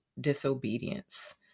disobedience